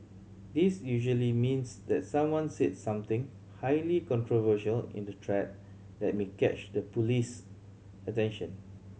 this usually means that someone said something highly controversial in the thread that may catch the police attention